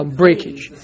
breakage